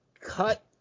cut